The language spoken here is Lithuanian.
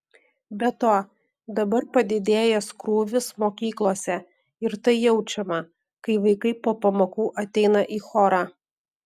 be to dabar padidėjęs krūvis mokyklose ir tai jaučiama kai vaikai po pamokų ateina į chorą